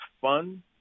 fun